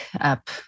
up